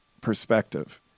perspective